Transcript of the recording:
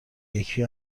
یکی